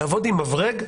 לעבוד עם מברג,